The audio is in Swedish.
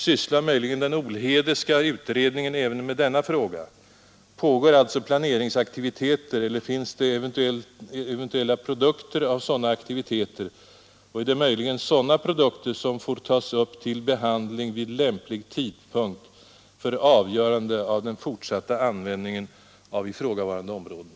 Sysslar möjligen den Olhedeska utredningen även med denna fråga? Pågår alltså planeringsaktiviteter eller finns det eventuellt produkter av sådana aktiviteter, och är det möjligen sådana produkter som får tas upp till behandling vid lämplig tidpunkt för avgörande av den fortsatta användningen av ifrågavarande områden?